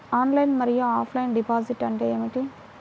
Online మరియు offline deposit అంటే ఏమిటి?